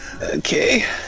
Okay